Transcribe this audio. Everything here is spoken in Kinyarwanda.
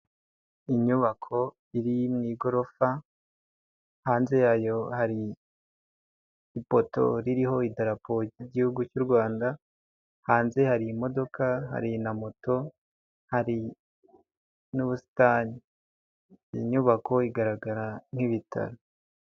Inyubako iri mu igorofa hanze yayo hari ipoto ririho idarapo ry'igihugu cy'u Rwanda, hanze harimo hari imodoka hari na moto hari n'ubusi iyi nyubako igaragara n'ibitaro.